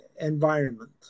environment